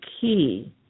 key